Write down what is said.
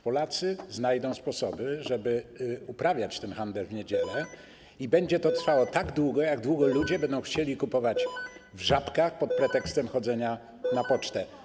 Polacy znajdą sposoby, żeby uprawiać handel w niedziele, i będzie to trwało tak długo, jak długo ludzie będą chcieli kupować w Żabkach pod pretekstem chodzenia na pocztę.